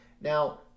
Now